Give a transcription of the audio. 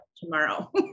tomorrow